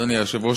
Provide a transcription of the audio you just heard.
אדוני היושב-ראש,